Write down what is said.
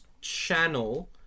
channel